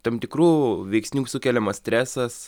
tam tikrų veiksnių sukeliamas stresas